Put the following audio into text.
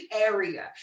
area